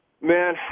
Man